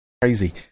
crazy